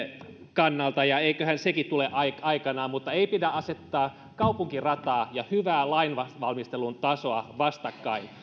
kannalta ja eiköhän sekin tule aikanaan mutta ei pidä asettaa kaupunkirataa ja hyvää lainvalmistelun tasoa vastakkain tässä